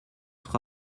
sera